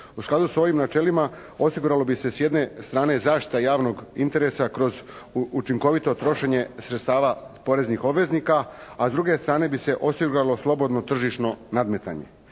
U skladu sa ovim načelima osiguralo bi se s jedne strane zaštita javnog interesa kroz učinkovito trošenje sredstava poreznih obveznika, a s druge strane bi se osiguralo slobodno tržišno nadmetanje.